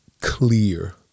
Clear